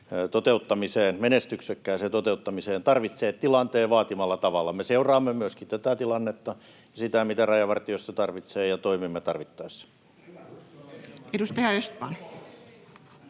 tehtävänsä menestyksekkääseen toteuttamiseen tarvitsee tilanteen vaatimalla tavalla. Me seuraamme myöskin tätä tilannetta ja sitä, mitä Rajavartiosto tarvitsee, ja toimimme tarvittaessa. [Ben